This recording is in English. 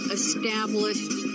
established